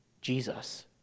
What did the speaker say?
Jesus